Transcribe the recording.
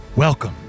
Welcome